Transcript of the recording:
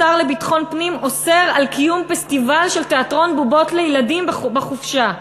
השר לביטחון פנים אוסר לקיים פסטיבל של תיאטרון בובות לילדים בחופשה.